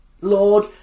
Lord